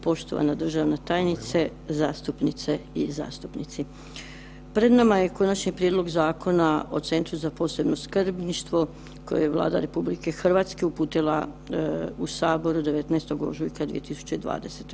Poštovana državna tajnice, zastupnice i zastupnici, pred nama je Konačni prijedlog Zakona o Centru za posebno skrbništvo koji je Vlada RH uputila u sabor 19. ožujka 2020.